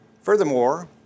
Furthermore